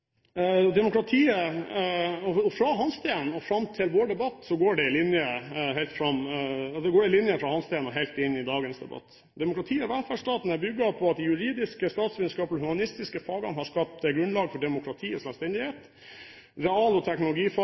Fra Hansteen går det en linje helt inn i dagens debatt. Demokratiet og velferdsstaten er bygget på at de juridiske, statsvitenskapelige og humanistiske fagene har skapt grunnlaget for demokrati og selvstendighet. Real- og